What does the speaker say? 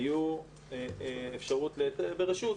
היו אפשרויות ברשות,